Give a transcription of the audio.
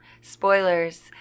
spoilers